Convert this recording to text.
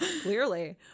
Clearly